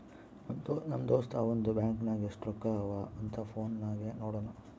ನಮ್ ದೋಸ್ತ ಅವಂದು ಬ್ಯಾಂಕ್ ನಾಗ್ ಎಸ್ಟ್ ರೊಕ್ಕಾ ಅವಾ ಅಂತ್ ಫೋನ್ ನಾಗೆ ನೋಡುನ್